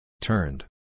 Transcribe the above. Turned